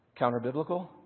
Counterbiblical